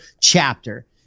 chapter